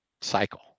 cycle